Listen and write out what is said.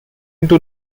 into